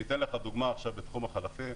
אני אתן לך דוגמה עכשיו בתחום החלפים,